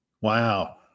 Wow